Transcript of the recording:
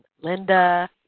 Linda